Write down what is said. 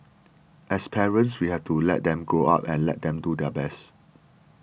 as parents we have to let them grow up and let them do their best